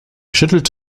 schüttelt